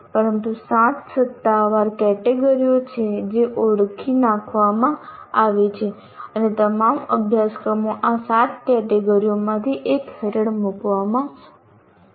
પરંતુ સાત સત્તાવાર કેટેગરીઓ છે જે ઓળખી નાખવામાં આવી છે અને તમામ અભ્યાસક્રમો આ સાત કેટેગરીઓમાંથી એક હેઠળ મૂકવા પડશે